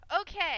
Okay